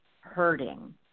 Hurting